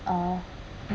uh